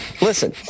Listen